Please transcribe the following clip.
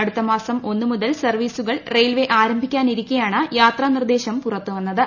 അടുത്ത മാസം ഒന്നു മുതൽ സർവീസുകൾ റെയിൽവേ ആരംഭിക്കാനിരിക്കെയാണ് യാത്രാനിർദേശം പുറത്തുവന്നത്